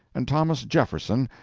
and thomas jefferson,